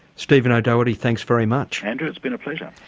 stephen o'doherty, thanks very much. andrew, it's been a pleasure.